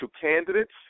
candidates